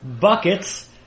Buckets